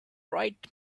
bright